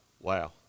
Wow